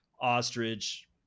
ostrich